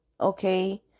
okay